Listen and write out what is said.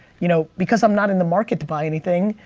you know because i'm not in the market to buy anything,